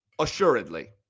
Assuredly